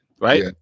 Right